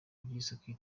byiswe